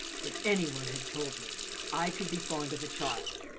if any one had told me i could be fond of a child,